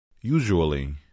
Usually